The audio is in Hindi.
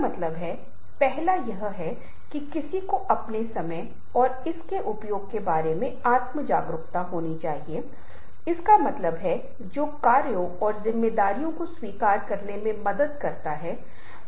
हमने पहले सत्रों में ही व्याख्यात्मक समुदायों के बारे में बात की है जहाँ मैंने 6 हाथियों और 6 अंधे पुरुषों का उदाहरण दिया है जहाँ आप देखते हैं कि वे लोग अलग अलग तरीकों से व्याख्या करते हैं